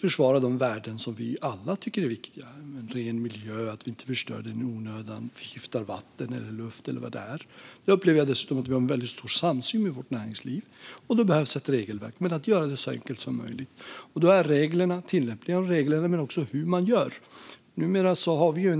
försvara de värden som vi alla tycker är viktiga, såsom ren miljö och att inte förgifta vatten och luft. Jag upplever dessutom att vi har stor samsyn med vårt näringsliv om att det behövs ett regelverk men att det ska vara så enkelt som möjligt. Det handlar bland annat om tillämpningen av reglerna.